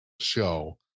show